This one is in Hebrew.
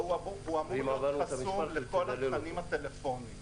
והוא מאור להיות חסום לכל התכנים הטלפוניים.